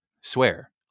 Swear